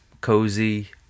cozy